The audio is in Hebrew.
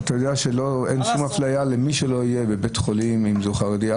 אתה יודע שאין שום הפליה למי שמגיע לבית חולים חרדי,